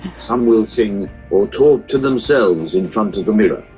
some will sing or talk to themselves in front of the mirror.